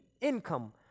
income